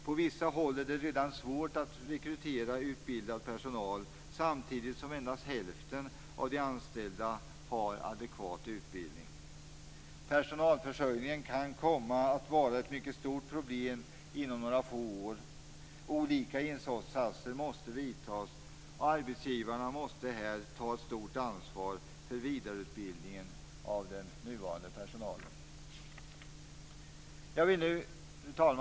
På vissa håll är det redan svårt att rekrytera utbildad personal, samtidigt som endast hälften av de anställda har adekvat utbildning. Personalförsörjningen kan komma att vara ett mycket stort problem inom några få år. Olika insatser måste vidtas, och arbetsgivarna måste här ta ett stort ansvar för vidareutbildningen av den nuvarande personalen. Fru talman!